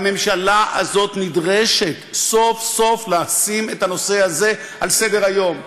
והממשלה הזאת נדרשת סוף-סוף לשים את הנושא הזה על סדר-היום.